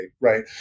right